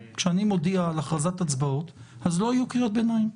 כשאני מודיע על הכרזת הצבעות אז לא יהיו קריאות ביניים,